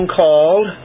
called